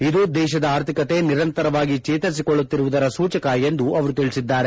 ಇದು ದೇಶದ ಆರ್ಥಿಕತೆ ನಿರಂತರವಾಗಿ ಚೇತರಿಸಿಕೊಳ್ಳುವುದರ ಸೂಚಕ ಎಂದೂ ಅವರು ತಿಳಿಸಿದ್ದಾರೆ